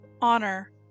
honor